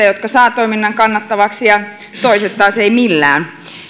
jotka saavat toiminnan kannattavaksi ja toiset taas eivät millään